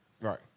Right